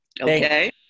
Okay